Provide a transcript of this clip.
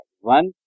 One